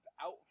out